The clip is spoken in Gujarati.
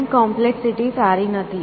ટાઈમ કોમ્પ્લેક્સિટી સારી નથી